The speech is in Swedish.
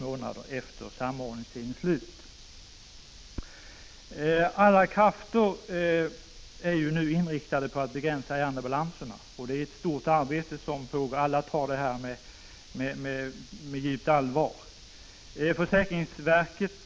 1985/86:48 månader efter samordningstidens slut. Alla krafter är nu inriktade på att — 10 december 1985 begränsa ärendebalanserna. Det är ett stort arbete, och alla tar det på djupt SUG NRO E : ringen m.m.